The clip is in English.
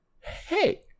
Hey